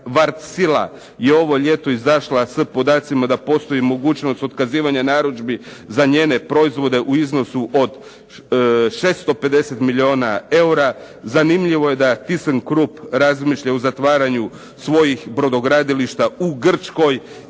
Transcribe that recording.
"Vartsila" je ovo ljeto izašla s podacima da postoji mogućnost otkazivanja narudžbi za njene proizvode u iznosu od 650 milijuna eura. Zanimljivo je da "Thyssen krupp" razmišlja o zatvaranju svojih brodogradilišta u Grčkoj